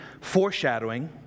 foreshadowing